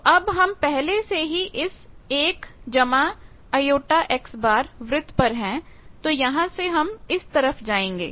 तो अब हम पहले से ही इस 1 j X वृत्त पर हैं तो यहां से हम इस तरफ जाएंगे